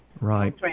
Right